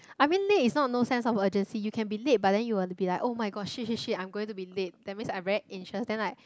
I mean late is not no sense of urgency you can be late but then you wanna be like oh-my-god shit shit shit I'm going to be late that means I very anxious then I